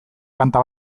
kanta